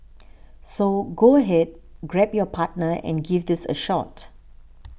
so go ahead grab your partner and give these a shot